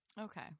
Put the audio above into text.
Okay